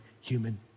human